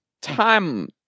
time